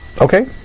Okay